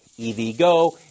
EVGo